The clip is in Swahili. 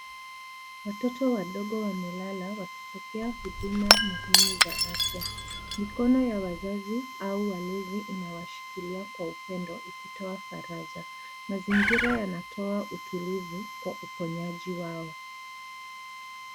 Watoto wadogo wamelala wakipokea huduma muhimu za afya. Mikono ya wazazi au walezi imewashikilia kwa upendo ikitoa faraja. Mazingira yanatoa utulivu kwa uponyaji wao.